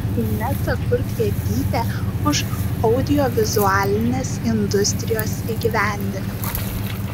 inesa kurklietytė už audiovizualinės industrijos įgyvendinimą